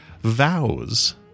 vows